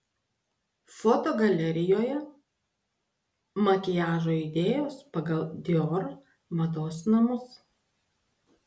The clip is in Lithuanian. fotogalerijoje makiažo idėjos pagal dior mados namus